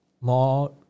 more